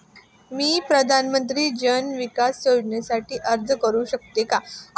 मी प्रधानमंत्री जन विकास योजनेसाठी अर्ज करू शकतो का?